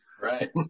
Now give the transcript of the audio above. Right